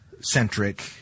centric